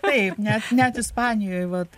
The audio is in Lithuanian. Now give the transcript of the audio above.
taip net net ispanijoj vat